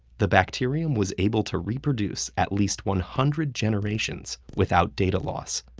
the bacterium was able to reproduce at least one hundred generations without data loss.